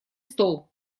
стол